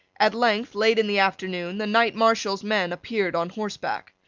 at length, late in the afternoon, the knight marshal's men appeared on horseback.